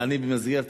חבר הכנסת בן-ארי,